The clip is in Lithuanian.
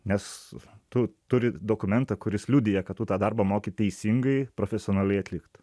nes tu turi dokumentą kuris liudija kad tu tą darbą moki teisingai profesionaliai atlikt